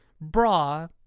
bra